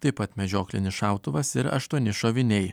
taip pat medžioklinis šautuvas ir aštuoni šoviniai